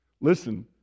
Listen